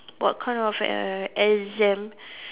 what kind of err exam